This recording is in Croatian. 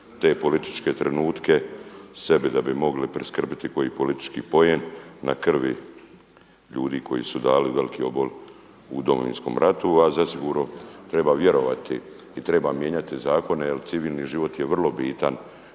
te političke trenutke sebi da bi mogli priskrbiti koji politički poen na krvi ljudi koji su dali veliki obol u Domovinskom ratu, a zasigurno treba vjerovati i treba mijenjati zakone jer civilni život je vrlo bitan.